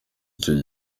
icyo